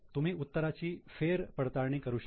तुम्ही उत्तराची फेर पडताळणी करू शकता